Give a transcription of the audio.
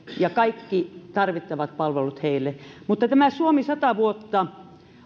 ja kaikki tarvittavat palvelut heille mutta tämä suomi sata vuotta